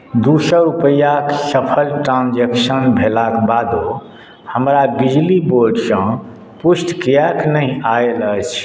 दू सए रूपैआक सफल ट्रांजेक्शन भेलाक बादो हमरा बिजली बोर्डसँ पुष्टि किएक नहि आयल अछि